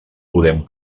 podem